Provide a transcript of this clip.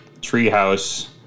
Treehouse